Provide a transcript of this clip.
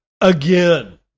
Again